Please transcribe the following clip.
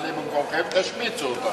אנחנו נעלה במקומכם, תשמיצו אותנו.